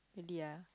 really